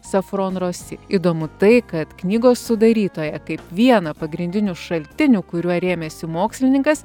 safron rosi įdomu tai kad knygos sudarytoja kaip vieną pagrindinių šaltinių kuriuo rėmėsi mokslininkas